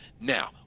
Now